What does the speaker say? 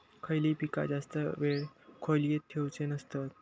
खयली पीका जास्त वेळ खोल्येत ठेवूचे नसतत?